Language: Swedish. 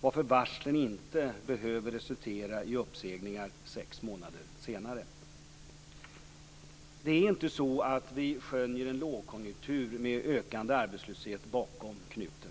varför varslen inte behöver resultera i uppsägningar sex månader senare. Det är inte så att vi skönjer en lågkonjunktur med ökande arbetslöshet bakom knuten.